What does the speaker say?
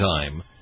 time